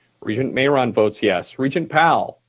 regent mayeron votes yes. regent powell?